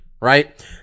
right